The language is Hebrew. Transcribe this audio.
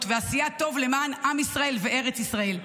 ועשיית טוב למען עם ישראל וארץ ישראל.